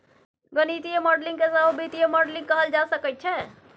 गणितीय मॉडलिंग केँ सहो वित्तीय मॉडलिंग कहल जा सकैत छै